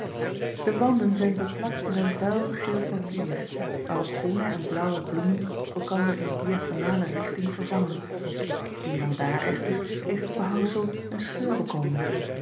de wanden zijn beplakt met een vuil geel papier waarop groene en blaauwe bloemen elkander in diagonale richting vervangen hier en daar echter heeft het behangsel een scheur bekomen